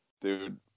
dude